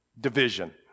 Division